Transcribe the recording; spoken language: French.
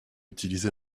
utiliser